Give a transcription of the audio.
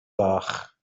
fach